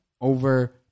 over